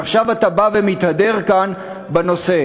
ועכשיו אתה בא ומתהדר כאן בנושא.